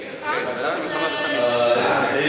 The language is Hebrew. אתם מציעים דיון במליאה.